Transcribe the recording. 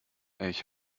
ich